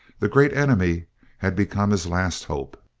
the great enemy had become his last hope.